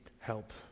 help